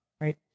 Right